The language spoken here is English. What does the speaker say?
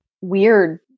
weird